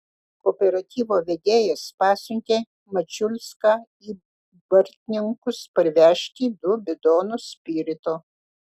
kooperatyvo vedėjas pasiuntė mačiulską į bartninkus parvežti du bidonus spirito